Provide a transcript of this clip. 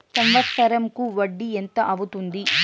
సంవత్సరం కు వడ్డీ ఎంత అవుతుంది?